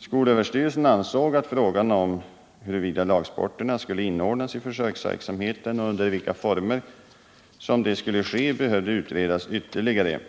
Skolöverstyrelsen ansåg att frågan huruvida lagsporterna skulle inordnas i försöksverksamheten och under vilka former det i så fall skulle ske behövde utredas ytterligare.